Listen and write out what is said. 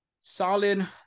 solid